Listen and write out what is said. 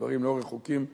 הדברים לא רחוקים מדבריך,